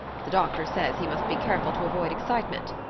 the doctor says he must be careful to avoid excitement.